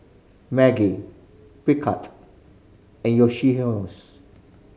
Maggi Picard and